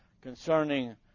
Concerning